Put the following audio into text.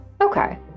Okay